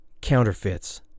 counterfeits